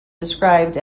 described